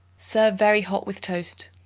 serve very hot with toast.